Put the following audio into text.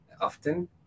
often